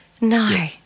No